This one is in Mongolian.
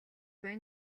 буй